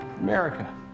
America